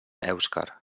èuscar